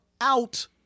out